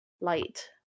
light